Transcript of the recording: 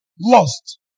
Lost